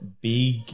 big –